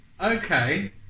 okay